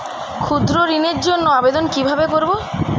ক্ষুদ্র ঋণের জন্য আবেদন কিভাবে করব?